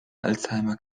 alzheimer